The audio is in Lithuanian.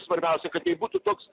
svarbiausia kad jei būtų toks